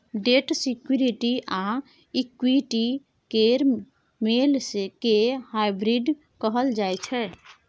date security आ equity केर मेल केँ हाइब्रिड कहल जाइ छै